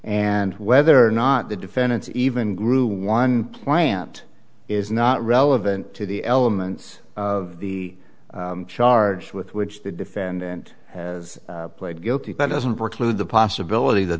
and whether or not the defendants even grew one plant is not relevant to the elements of the charge with which the defendant has played guilty but doesn't preclude the possibility that